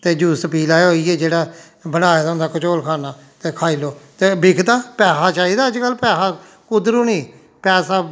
ते जूस पी लेऔ इ'यै जेहड़ा बनाए दा होंदा घचौल खान्ना ते खाई लेऔ ते बिकदा पैहा चाहिदा अजकल्ल पैहा कुद्धरूं नेईं पैसा